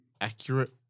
accurate